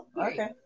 Okay